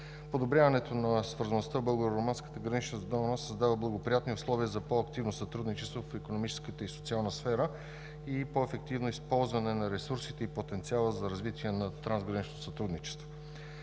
Подобряването на свързаността в българо-румънската гранична зона създава благоприятни условия за по-активно сътрудничество в икономическата и социална сфера и по-ефективно използване на ресурсите и потенциала за развитие на трансграничното сътрудничество.